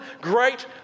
great